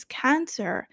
cancer